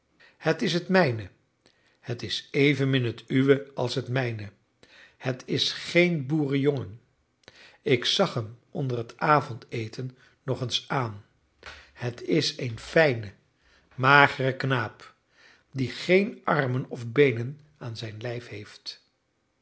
het is het mijne het is evenmin het uwe als het mijne het is geen boerenjongen ik zag hem onder het avondeten nog eens aan het is een fijne magere knaap die geen armen of beenen aan zijn lijf heeft